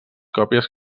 còpies